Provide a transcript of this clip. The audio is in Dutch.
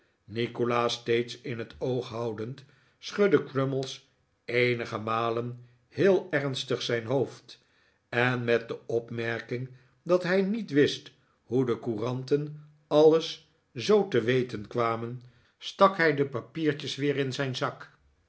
nikolaas steeds in het oog houdend schudde crummies eenige malen heel ernstig zijn hoofd en met de opmerking dat hij niet wist hoe de couranten alles zoo te weten kwamen stak hij de papiertjes weer in zijn zak